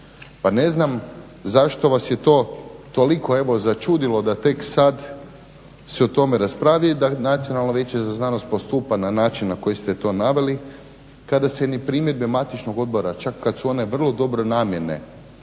Pa ne znam zašto vas je to začudilo da se tek sada o tome raspravlja i da Nacionalno vijeće za znanost postupa na način na koji ste to naveli kada se ni primjedbe matičnog odbora čak kada su one vrlo dobronamjerne